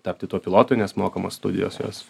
tapti tuo pilotu nes mokamos studijos jos